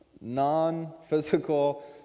non-physical